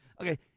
Okay